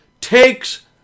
takes